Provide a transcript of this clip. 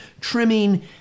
trimming